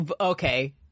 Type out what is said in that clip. Okay